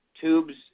tubes